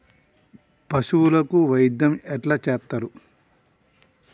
పశువులకు వైద్యం ఎట్లా చేత్తరు?